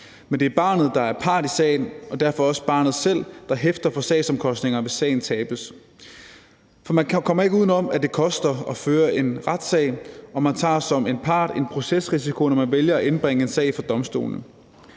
Men det er barnet, der er part i sagen, og det er derfor også barnet selv, der hæfter for sagsomkostningerne, hvis sagen tabes. For man kommer ikke udenom, at det koster at føre en retssag, og at man som en part tager en procesrisiko, når man vælger at indbringe en sag for domstolen.